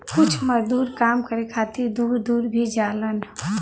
कुछ मजदूर काम करे खातिर दूर दूर भी जालन